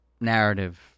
narrative